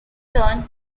turn